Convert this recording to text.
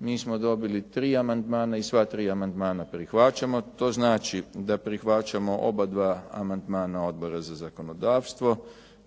mi smo dobili tri amandman i sva tri amandmana prihvaćamo. To znači da prihvaćamo obadva amandmana Odbora za zakonodavstvo,